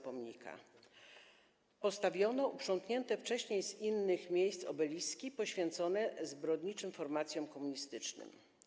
Postawiono uprzątnięte wcześniej z innych miejsc obeliski poświęcone zbrodniczym formacjom komunistycznym.